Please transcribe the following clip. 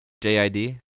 J-I-D